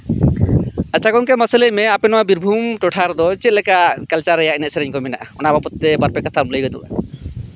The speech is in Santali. ᱟᱪᱪᱷᱟ ᱜᱚᱝᱠᱮ ᱢᱟᱥᱮ ᱞᱟᱹᱭᱢᱮ ᱟᱯᱮ ᱱᱚᱣᱟ ᱵᱤᱨᱵᱷᱩᱢ ᱴᱚᱴᱷᱟ ᱨᱮᱫᱚ ᱪᱮᱫᱞᱮᱠᱟ ᱠᱟᱞᱪᱟᱨ ᱨᱮᱭᱟᱜ ᱮᱱᱮᱡ ᱥᱮᱨᱮᱧ ᱠᱚ ᱢᱮᱱᱟᱜᱼᱟ ᱚᱱᱟ ᱵᱚᱵᱚᱛ ᱛᱮ ᱵᱟᱨᱯᱮ ᱠᱟᱛᱷᱟᱢ ᱞᱟᱹᱭ ᱩᱫᱩᱜᱟ